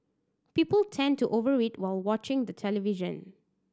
people tend to over eat while watching the television